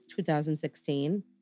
2016